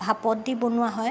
ভাপত দি বনোৱা হয়